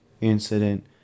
incident